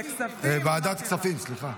ועדת הכספים, סליחה.